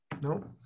No